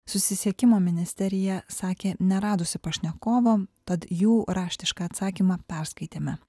susisiekimo ministerija sakė neradusi pašnekovo tad jų raštišką atsakymą perskaitėme